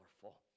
powerful